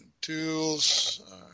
tools